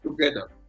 together